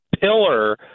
pillar